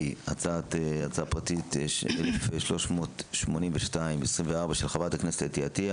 הצעה פרטית 1382/24 של חה"כ חוה אתי עטייה,